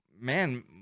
man